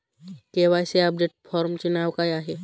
KYC update फॉर्मचे नाव काय आहे?